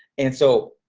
and so